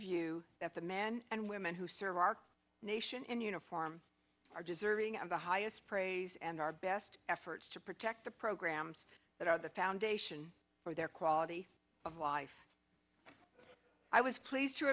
view that the men and women who serve our nation in uniform are deserving of the highest praise and our best efforts to protect the programs that are the foundation for their quality of life i was pleased to